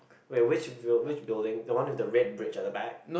wait which buil~ which building the one with the red bridge at the back